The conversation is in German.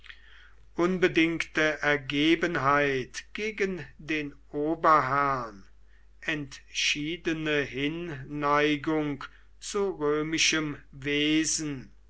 unbedingte ergebenheit gegen den oberherrn entschiedene hinneigung zu römischem wesen